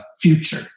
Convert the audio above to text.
future